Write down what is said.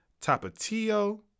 Tapatio